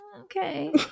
okay